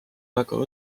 väga